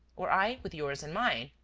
or i with yours in mine.